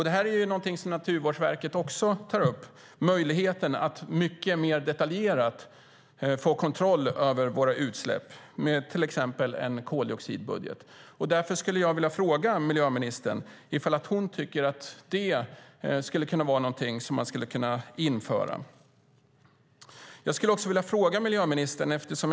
Det här är någonting som Naturvårdsverket också tar upp, möjligheten att mycket mer detaljerat få kontroll över våra utsläpp med till exempel en koldioxidbudget. Därför skulle jag vilja fråga miljöministern om hon tycker att det skulle kunna vara någonting som man skulle kunna införa. Jag skulle också vilja fråga miljöministern en annan sak.